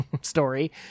story